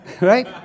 Right